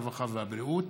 הרווחה והבריאות.